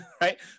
right